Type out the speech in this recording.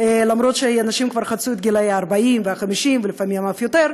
למרות שאנשים כבר חצו את גילי ה-40 וה-50 ולפעמים אף יותר,